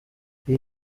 iyi